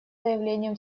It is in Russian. заявлением